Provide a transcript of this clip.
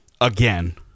again